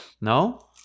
No